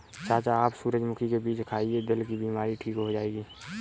चाचा आप सूरजमुखी के बीज खाइए, दिल की बीमारी ठीक हो जाएगी